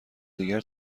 دیگر